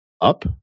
up